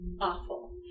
awful